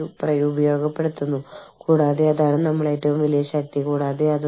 ആളുകൾക്ക് അവരുടെ ക്ലയന്റുകളുമായി സംസാരിക്കേണ്ടിവരുമ്പോൾ നിങ്ങൾ സമയവുമായി എങ്ങനെ പൊരുത്തപ്പെടുന്നു മുതലായവ